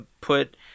put